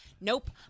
Nope